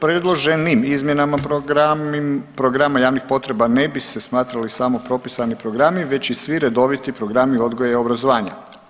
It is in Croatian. Predloženim izmjenama programa javnih potreba ne bi se smatrali samo propisani programi već i svi redoviti programi odgoja i obrazovanja.